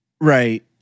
Right